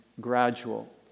gradual